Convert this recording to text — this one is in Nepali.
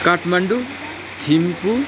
काठमाडौँ थिम्पू